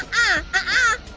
ah uh.